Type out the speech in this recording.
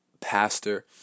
pastor